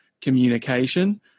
communication